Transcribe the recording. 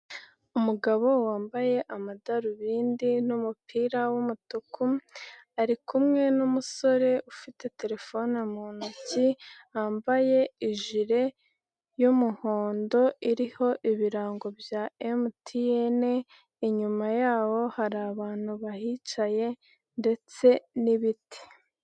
Umugabo wambaye amadarubindi n'umupira w'umutuku, ari kumwe n'umusore ufite telefone mu ntoki wambaye ijire y'umuhondo iriho ibirango bya MTN, inyuma yaho hari abantu bahicaye ndetse n'ibiti.